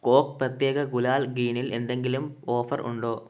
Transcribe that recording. coke പ്രത്യേക ഗുലാൽ ഗ്രീനിൽ എന്തെങ്കിലും ഓഫർ ഉണ്ടോ